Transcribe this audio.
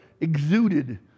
Exuded